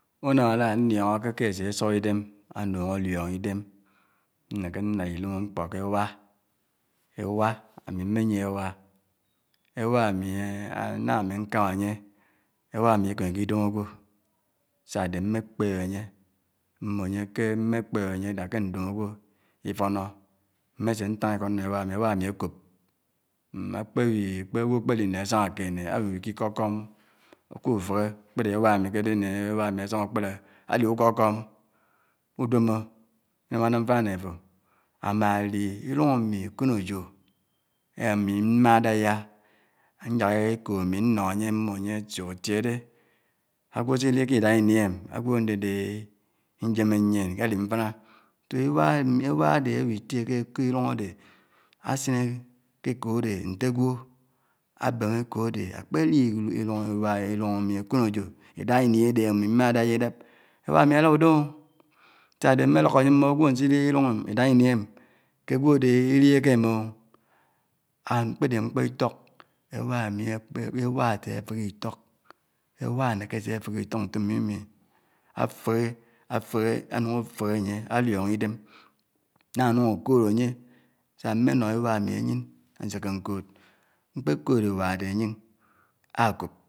Unám àdà ndiòngèkè kè ásè sóp idèm ánuk ádiòngò idèm nnèkè nnó idòmò mkpè kè éwà, á mí mmènyè éwà, é wà ámi ná ami nkama ányè éwà mi ikèmè idòm ágwò sà ‘dè mmè kpèb ányè mbò ányè, ké mèkpèb ányè that kè ndóm ágwò ifónó, mmésè táng ikó nnó éwà mi, éwà mi ákòb akpe bi, agwo akpèdi nè àsángá ákénè ábi ki kò-kòn, ku fèghè kpèdè éwà mi kè dè nè éwà ami ásángá ukpèdè ádi ukókóm, udommò ánuk ánam mfànà mè àfò, ámàn ádi ilòng ámi ákònèyò, ámmà dáyá, nyák èkò àmí nnó ányè mbò ànyè suk tiè dè ágwò s’idi kè idáhá ini ámì, ágwò ándèdè inyèmmè nyèn ádi mfáná so éwà mi, éwà áde ábitie kè, kè ilòng ádè ásìne kèkòn ádè ntè ágwò, abèm ékòh ilòng ádè akpè li ilòng ámì akónèyó, idáhá ini ádè ámi mmà dáyá idáp, éwà ámi álá udòmo, sa ade mme lókó ányè mbó ágwò nsi di ilòng ami idáhá ini ámi, kè ágwò ádè idihè ké émém o. And ákpèdè mkpò itiok, éwà ámi akpe, éwà ásè fèhè itók, éwà ánèkè se fèhè itók mmi mmi, afèhè, á fèhè, áfèhè ánuk afèhè ányè áñióngó idèm, ná ányung ákód ányè sá mmè nó éwà ámi ánying ánsèkè nkód mkpè kòd éwà ádè ánying ákòb